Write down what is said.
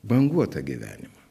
banguotą gyvenimą